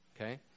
okay